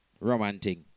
Romantic